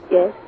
Yes